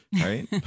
right